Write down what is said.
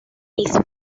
mis